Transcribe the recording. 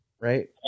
Right